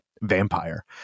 vampire